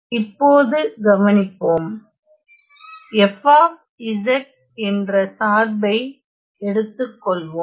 இப்போது கவனிப்போம் f என்ற சார்பை எடுத்துக்கொள்வோம்